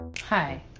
Hi